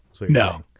No